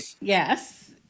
Yes